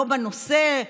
לא בנושא,